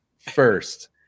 First